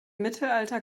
mittelalter